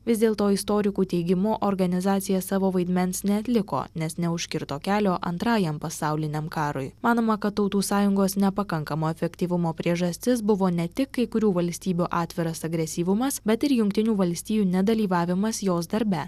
vis dėlto istorikų teigimu organizacija savo vaidmens neatliko nes neužkirto kelio antrajam pasauliniam karui manoma kad tautų sąjungos nepakankamo efektyvumo priežastis buvo ne tik kai kurių valstybių atviras agresyvumas bet ir jungtinių valstijų nedalyvavimas jos darbe